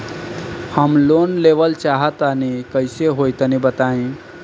हम लोन लेवल चाहऽ तनि कइसे होई तनि बताई?